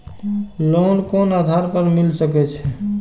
Loan कोन आधार पर मिल सके छे?